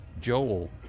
joel